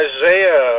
Isaiah